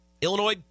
Illinois